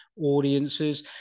audiences